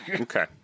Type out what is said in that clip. Okay